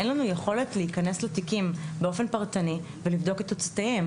אין לנו יכולת להיכנס לתיקים באופן פרטני ולבדוק את הצדדים.